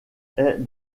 est